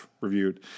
reviewed